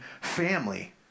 family